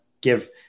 give